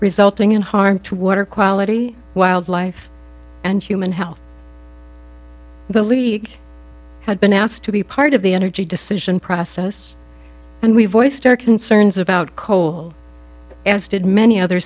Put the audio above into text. resulting in harm to water quality wildlife and human health the league had been asked to be part of the energy decision process and we voiced our concerns about coal as did many other